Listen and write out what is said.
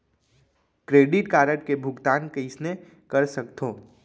Credit card के भुगतान कइसने कर सकथो?